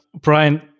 Brian